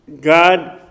God